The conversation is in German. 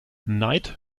knight